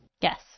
Yes